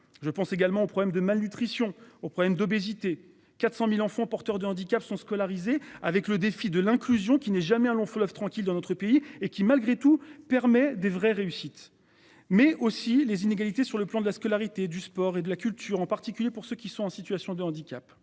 Je pense également aux problèmes de malnutrition au problème d'obésité 400.000 enfants porteurs de handicap sont scolarisés avec le défi de l'inclusion qui n'est jamais un long fleuve tranquille dans notre pays et qui malgré tout permet des vraies réussites mais aussi les inégalités sur le plan de la scolarité du sport et de la culture en particulier pour ceux qui sont en situation de handicap.